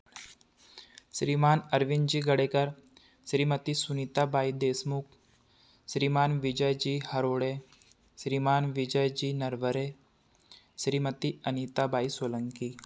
Shriman Arvind ji Gadekar Shrimati Sunita Bai Deshmukh Shriman Vijay ji Harod Shriman Vijay ji Narware Shrimati Anita Bai Solanki